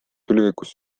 tulevikus